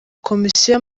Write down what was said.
komisiyo